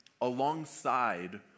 alongside